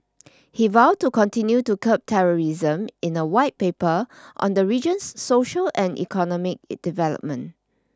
he vowed to continue to curb terrorism in a White Paper on the region's social and economic development